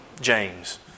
James